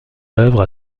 œuvres